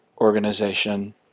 organization